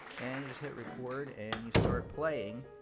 and you just hit record, and you start playing.